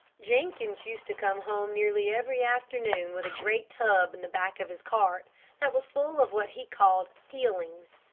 jenkins used to come home nearly every afternoon with a great tub in the back of his cart that was full of what he called peelings.